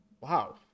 Wow